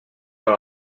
dans